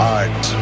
art